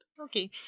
Okay